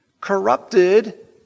corrupted